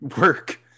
work